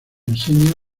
enseña